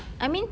I mean